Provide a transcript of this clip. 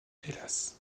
hélas